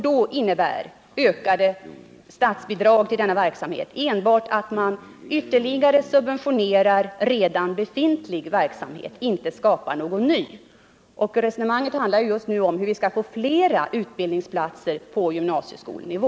Då innebär ökade statsbidrag till denna verksamhet enbart att man ytterligare subvenationerar redan befintlig utbildningsverksamhet i företagen. Man skapar inte någon ny. Diskussionen just nu handlar om hur vi skall få fram flera utbildningsplatser på gymnasieskolenivå.